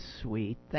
sweet